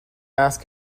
است